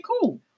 cool